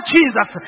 Jesus